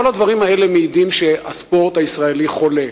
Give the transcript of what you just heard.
כל הדברים האלה מעידים שהספורט בישראל חולה.